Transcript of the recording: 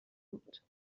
بود